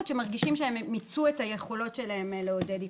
שמרגישים שהם מיצו את היכולות שלהם לעודד התחסנות.